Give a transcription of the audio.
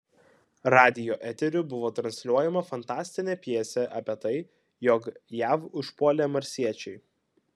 radijo eteriu buvo transliuojama fantastinė pjesė apie tai jog jav užpuolė marsiečiai